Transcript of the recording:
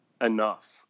enough